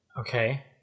Okay